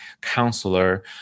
counselor